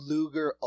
Luger